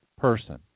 person